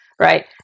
Right